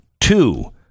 two